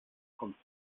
kommt